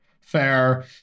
Fair